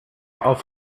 auf